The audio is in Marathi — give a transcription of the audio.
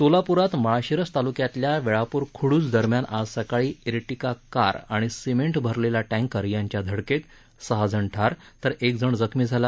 सोलापूरात माळशिरस तालुक्यातल्या वेळापूर खुडूस दरम्यान आज सकाळी ईरटीका कार आणि सिमेंट भरलेला टँकर यांच्या धडकेत सहाजण ठार तर एक जखमी झाला